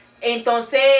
Entonces